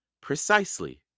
Precisely